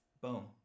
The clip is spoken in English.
Boom